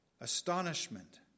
astonishment